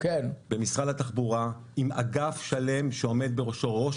במשרד התחבורה עם אגף שלם שעומד בראשו ראש